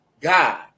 God